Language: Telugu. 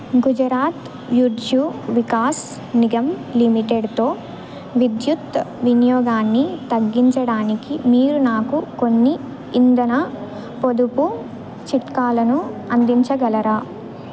గుజరాత్ గుర్జు వికాస్ నిగమ్ లిమిటెడ్తో విద్యుత్ వినియోగాన్ని తగ్గించడానికి మీరు నాకు కొన్ని ఇంధన పొదుపు చిట్కాలను అందించగలరా